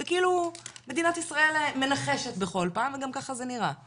זה כאילו מדינת ישראל מנחשת בכל פעם וגם ככה זה נראה.